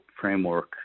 framework